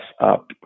up